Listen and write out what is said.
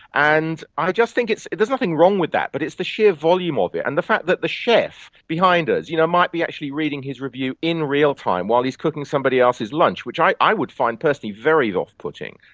and i just think it's, there's nothing wrong with that but it's the sheer volume of it and the fact that the chef behind us you know might be actually reading his review in real time while he's cooking somebody else's lunch, which i i would find personally very off-putting.